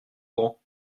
grand